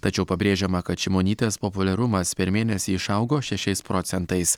tačiau pabrėžiama kad šimonytės populiarumas per mėnesį išaugo šešiais procentais